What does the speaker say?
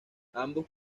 ambos